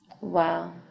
Wow